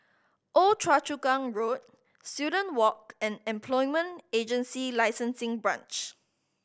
Old Choa Chu Kang Road Student Walk and Employment Agency Licensing Branch